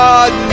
God